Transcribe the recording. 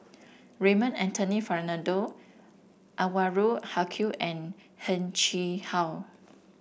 Raymond Anthony Fernando Anwarul Haque and Heng Chee How